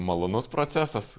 malonus procesas